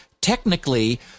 technically